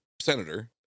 senator